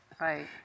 Right